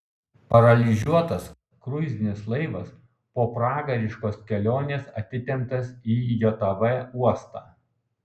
paralyžiuotas kruizinis laivas po pragariškos kelionės atitemptas į jav uostą